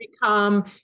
become